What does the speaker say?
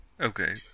Okay